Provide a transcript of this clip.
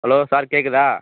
hello sir கேட்குதா